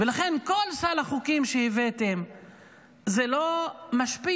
ולכן כל סל החוקים שהבאתם לא משפיע.